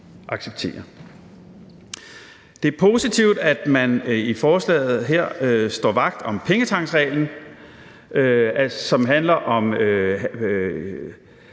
Det er positivt, at man i forslaget her står vagt om pengetanksreglen, som handler om,